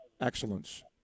excellence